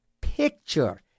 picture